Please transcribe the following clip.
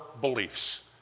beliefs